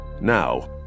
Now